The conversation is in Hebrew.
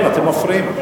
אתם מפריעים.